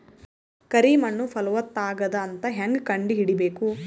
ಕರಿ ಮಣ್ಣು ಫಲವತ್ತಾಗದ ಅಂತ ಹೇಂಗ ಕಂಡುಹಿಡಿಬೇಕು?